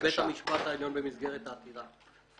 בבית המשפט העליון במסגרת העתירה.